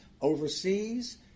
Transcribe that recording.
overseas